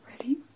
ready